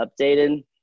updated